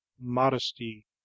modesty